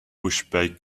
puspei